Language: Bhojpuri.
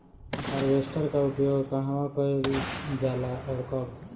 हारवेस्टर का उपयोग कहवा कइल जाला और कब?